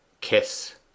kiss